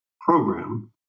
program